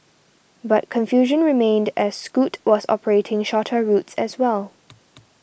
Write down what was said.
but confusion remained as Scoot was operating shorter routes as well